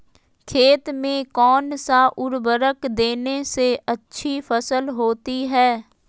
खेत में कौन सा उर्वरक देने से अच्छी फसल होती है?